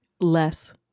Less